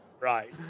right